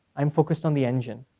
i'm focused on the engine.